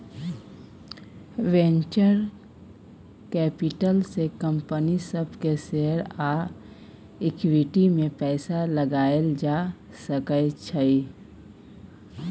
venture capital से company सब के शेयर आ इक्विटी में पैसा लगाएल जा सकय छइ